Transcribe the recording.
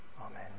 Amen